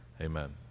Amen